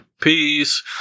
Peace